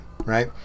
right